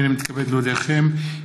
הינני מתכבד להודיעכם,